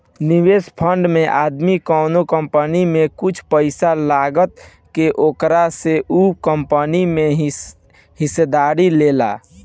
निवेश फंड में आदमी कवनो कंपनी में कुछ पइसा लगा के ओकरा से उ कंपनी में हिस्सेदारी लेला